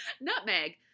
Nutmeg